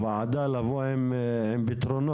לוועדה לבוא עם פתרונות.